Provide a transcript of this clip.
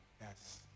Yes